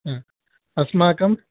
अस्माकम्